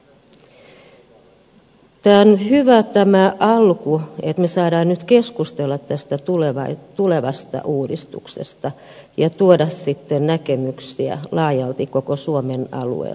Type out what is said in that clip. tämä on hyvä tämä alku että me saamme nyt keskustella tästä tulevasta uudistuksesta ja tuoda sitten näkemyksiä laajalta koko suomen alueelta